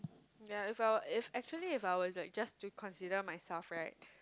yea if I were if actually if I were like just do consider myself right